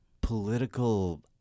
political